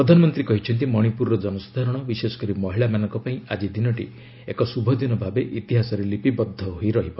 ପ୍ରଧାନମନ୍ତ୍ରୀ କହିଛନ୍ତି ମଣିପୁରର କନସାଧାରଣ ବିଶେଷକରି ମହିଳାମାନଙ୍କ ପାଇଁ ଆଜି ଦିନଟି ଏକ ଶୁଭଦିନ ଭାବେ ଇତିହାସରେ ଲିପିବଦ୍ଧ ହୋଇ ରହିବ